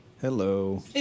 Hello